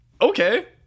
Okay